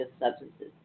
substances